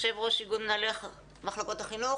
יושב-ראש איגוד מנהלי מחלקות החינוך,